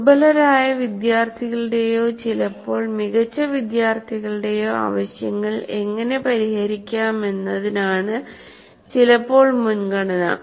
ദുർബലരായ വിദ്യാർത്ഥികളുടെയോ ചിലപ്പോൾ മികച്ച വിദ്യാർത്ഥികളുടെയോ ആവശ്യങ്ങൾ എങ്ങനെ പരിഹരിക്കാമെന്നതിനാണ് ചിലപ്പോൾ മുൻഗണന